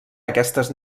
aquestes